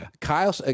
Kyle